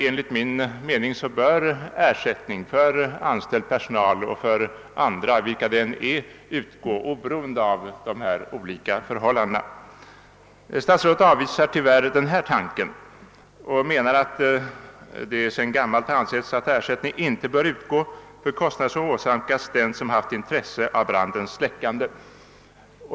Enligt min mening bör ersättning för anställd personal eller andra, vilka det än är, utgå av allmänna medel efter samma grunder oberoende av skilda förhållanden. Statsrådet avvisar denna tanke och menar att det sedan gammalt ansetts att ersättning inte bör utgå för kostnader som åsamkas dem som har intresse av brandens släckande.